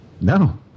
no